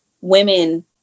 women